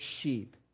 sheep